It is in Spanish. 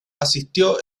asistió